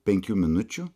penkių minučių